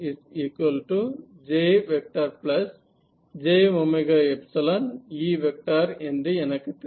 HJjE என்று எனக்கு தெரியும்